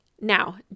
now